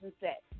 set